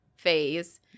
phase